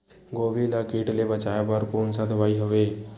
गोभी ल कीट ले बचाय बर कोन सा दवाई हवे?